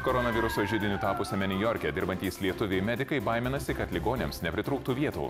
koronaviruso židiniu tapusiame niujorke dirbantys lietuviai medikai baiminasi kad ligoniams nepritrūktų vietų